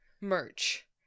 merch